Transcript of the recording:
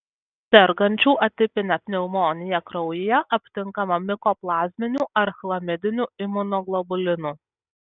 sergančių atipine pneumonija kraujyje aptinkama mikoplazminių ar chlamidinių imunoglobulinų